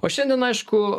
o šiandien aišku